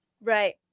Right